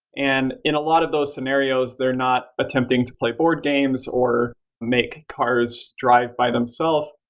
and in a lot of those scenarios, they're not attempting to play board games or make cars drive by them self.